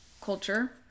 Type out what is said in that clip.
culture